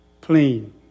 plain